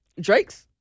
Drake's